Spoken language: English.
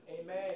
Amen